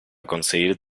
conseguir